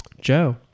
joe